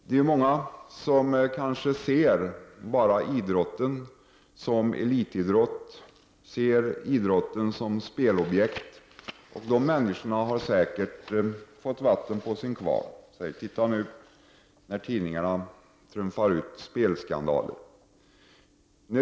Det är många som kanske bara ser idrotten som elitidrott och spelobjekt. De människorna har nu säkert fått vatten på sin kvarn när tidningarna trumfar ut spelskandaler.